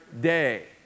day